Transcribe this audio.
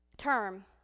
term